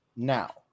Now